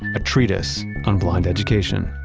a treatise on blind education.